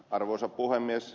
arvoisa puhemies